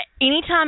Anytime